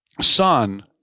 son